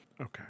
Okay